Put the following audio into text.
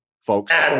folks